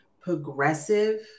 progressive